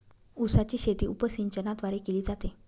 उसाची शेती उपसिंचनाद्वारे केली जाते